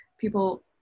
people